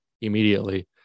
immediately